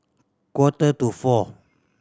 quarter to four